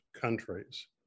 countries